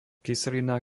kyselina